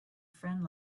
friend